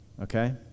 Okay